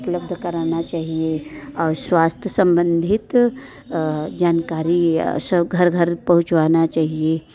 उपलब्ध कराना चाहिए और स्वास्थ्य संबंधित जानकारी सब घर घर पहुंचाना चाहिए